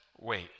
wait